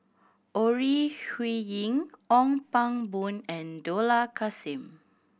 Ore Huiying Ong Pang Boon and Dollah Kassim